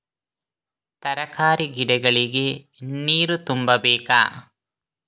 ತರಕಾರಿ ಗಿಡಗಳಿಗೆ ನೀರು ತುಂಬಬೇಕಾ?